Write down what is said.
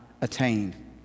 attained